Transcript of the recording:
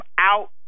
out